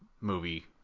movie